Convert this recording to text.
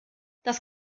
das